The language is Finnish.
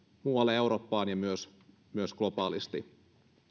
muualle eurooppaan ja myös myös globaalisti